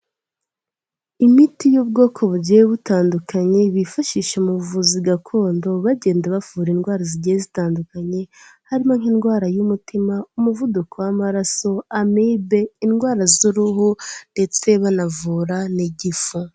Imiti y'ubwoko bugiye butandukanye bifashisha mu buvuzi gakondo bagenda bavura indwara zigiye zitandukanye harimo nk'indwara y'umutima, umuvuduko w'amaraso, amibe, indwara z'uruhu ndetse banavura n'igifu.